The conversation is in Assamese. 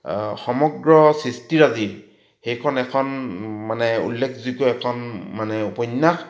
সমগ্ৰ সৃষ্টিৰাজি সেইখন এখন মানে উল্লেখযোগ্য এখন মানে উপন্যাস